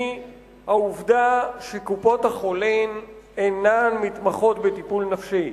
היא העובדה שקופות-החולים אינן מתמחות בטיפול נפשי.